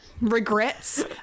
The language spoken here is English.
regrets